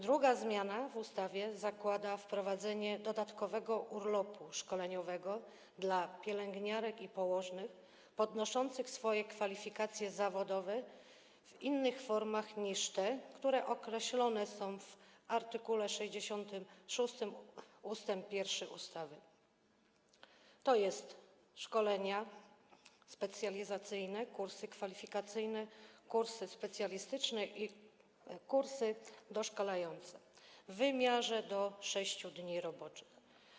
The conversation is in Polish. Druga zmiana w ustawie zakłada wprowadzenie dodatkowego urlopu szkoleniowego dla pielęgniarek i położnych podnoszących swoje kwalifikacje zawodowe w innych formach niż te, które określone są w art. 66 ust. 1 ustawy - tj. szkolenia specjalizacyjne, kursy kwalifikacyjne, kursy specjalistyczne i kursy dokształcające - w wymiarze do 6 dni roboczych.